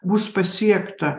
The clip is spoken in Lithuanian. bus pasiekta